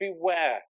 beware